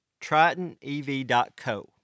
TritonEV.co